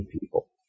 people